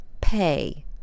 pay